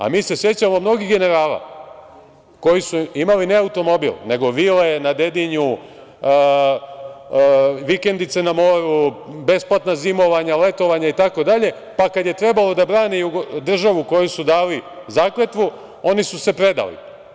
A mi se sećamo mnogih generala koji su imali ne automobil, nego vile na Dedinju, vikendice na moru, besplatna zimovanja, letovanja itd, pa kad je trebalo da brane državu kojoj su dali zakletvu, oni su se predali.